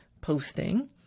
posting